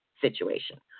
situation